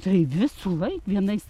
tai visųlaik vienais